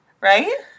Right